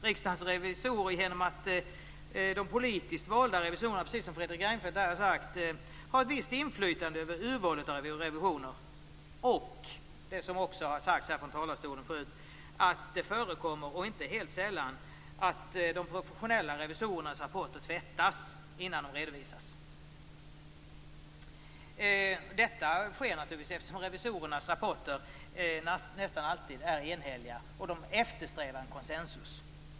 Riksdagens revisorer genom att de politiskt valda revisorerna, precis som Fredrik Reinfeldt här har sagt, har ett visst inflytande över urvalet av revisioner och, som också har sagts från talarstolen förut, att det inte helt sällan förekommer att de professionella revisorernas rapporter tvättas innan de redovisas. Detta sker naturligtvis eftersom revisorernas rapporter nästan alltid är enhälliga, och de eftersträvar konsensus.